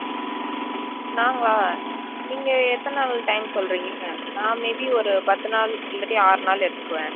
நாங்களா நீங்கள் எத்தனை நாள் டைம் சொல்கிறீங்க நான் மேபி ஒரு பத்து நாள் இல்லாட்டி ஆறு நாள் எடுத்துக்குவேன்